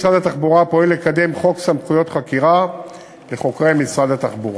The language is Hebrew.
משרד התחבורה פועל לקדם חוק סמכויות חקירה לחוקרי משרד התחבורה.